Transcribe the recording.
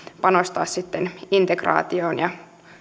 panostaa sitten integraatioon ja